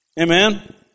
Amen